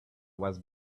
was